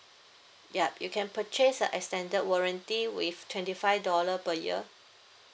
yup you can purchase a extended warranty with twenty five dollar per year